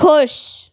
ਖੁਸ਼